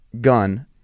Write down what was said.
gun